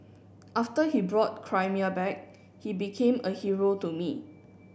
after he brought Crimea back he became a hero to me